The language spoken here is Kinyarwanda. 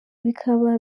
bikaba